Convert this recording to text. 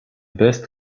best